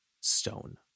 stone